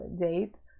dates